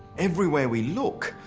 everywhere we look,